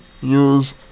use